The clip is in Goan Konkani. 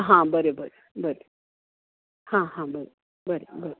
हां बरें बरें बरें हां हां बरें बरें बरें